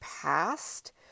past